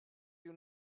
you